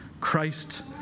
Christ